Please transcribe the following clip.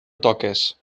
toques